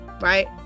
right